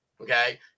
okay